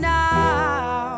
now